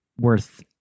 worth